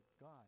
God